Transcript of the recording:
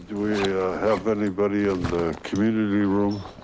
we have anybody in the community room?